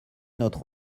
notre